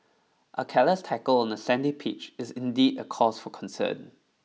a careless tackle on a sandy pitch is indeed a cause for concern